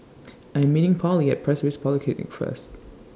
I Am meeting Pollie At Pasir Ris Polyclinic First